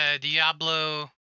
Diablo